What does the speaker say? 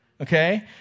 Okay